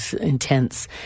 intense